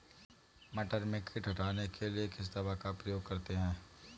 मटर में कीट हटाने के लिए किस दवा का प्रयोग करते हैं?